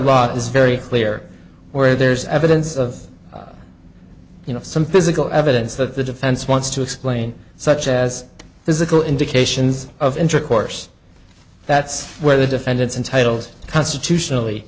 law is very clear where there's evidence of you know some physical evidence that the defense wants to explain such as physical indications of intercourse that's where the defendant's entitles constitutionally